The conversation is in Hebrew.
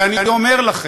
ואני אומר לכם,